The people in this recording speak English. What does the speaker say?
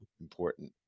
important